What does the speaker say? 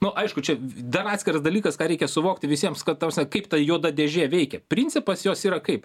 nu aišku čia dar atskiras dalykas ką reikia suvokti visiems kad ta prasme kaip ta juoda dėžė veikia principas jos yra kaip